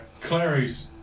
Clary's